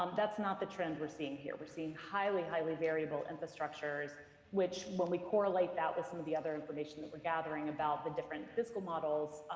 um that's not the trend we're seeing here, we're seeing highly, highly variable infrastructures which, when we correlate that with some of the other information that we're gathering about the different fiscal models,